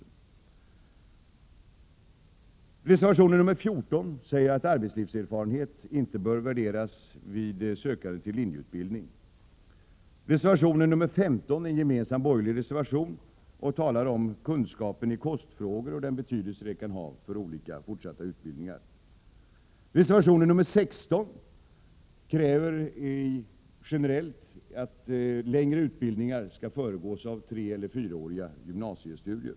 I reservation 14 menar vi att arbetslivserfarenhet inte bör värderas vid sökande till linjealternativ utbildning. Reservation 15 är en gemensam borgerlig reservation. Den handlar om kunskapen i kostfrågor och dess betydelse för olika fortsatta utbildningar. I reservation 16 kräver vi generellt att längre utbildningar skall föregås av treeller fyraåriga gymnasiestudier.